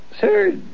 Sir